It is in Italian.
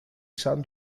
san